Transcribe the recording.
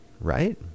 right